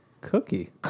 Cookie